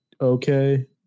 okay